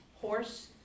horse